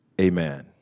Amen